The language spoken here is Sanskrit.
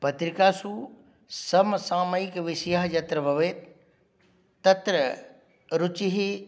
पत्रिकासु समसामयिकविषयः यत्र भवेत् तत्र रुचिः